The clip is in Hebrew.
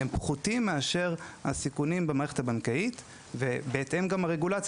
הם פחותים מאשר הסיכונים במערכת הבנקאית ובהתאם גם הרגולציה.